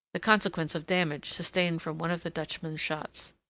the consequence of damage sustained from one of the dutchman's shots.